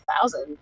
thousand